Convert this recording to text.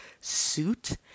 suit